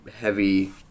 heavy